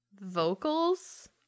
vocals